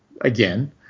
again